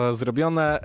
zrobione